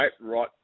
right